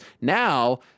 Now